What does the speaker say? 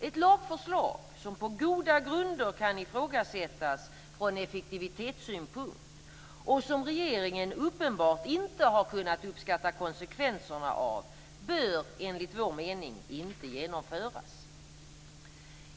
Ett lagförslag som på goda grunder kan ifrågasättas från effektivitetssynpunkt, och som regeringen uppenbarligen inte har kunnat uppskatta konsekvenserna av, bör enligt moderaternas mening inte genomföras.